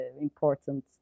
important